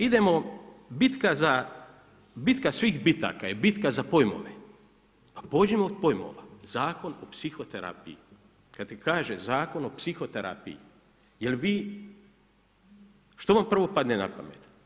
Idemo bitka za, bitka svih bitaka je bitka za pojmove, pa pođimo od pojmova, Zakon o psihoterapiji, kad ti kaže Zakon o psihoterapiji jel' vi, što vam prvo padne na pamet?